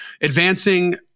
Advancing